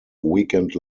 weekend